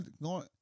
No